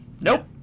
nope